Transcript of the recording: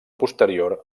posterior